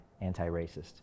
anti-racist